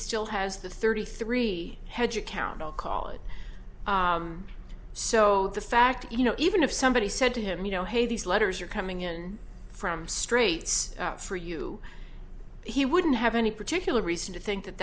still has the thirty three hedge account i'll call it so the fact you know even if somebody said to him you know hey these letters are coming in from straights for you he wouldn't have any particular reason to think that